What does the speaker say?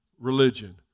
religion